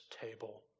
table